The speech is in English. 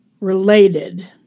related